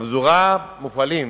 בפזורה מופעלים